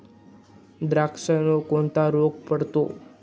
द्राक्षावर कोणता रोग पडतो?